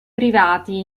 privati